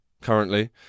currently